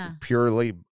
purely